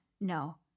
No